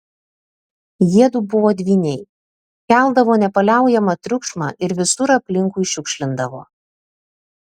jiedu buvo dvyniai keldavo nepaliaujamą triukšmą ir visur aplinkui šiukšlindavo